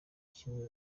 kimwe